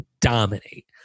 dominate